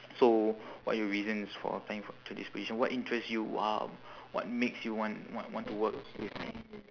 so what are your reasons for applying for to this position what interests you !wow! what makes you want wa~ want to work with me